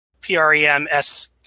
P-R-E-M-S